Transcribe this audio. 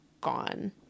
gone